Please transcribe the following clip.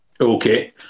Okay